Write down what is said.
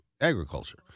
agriculture